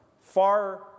far